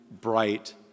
bright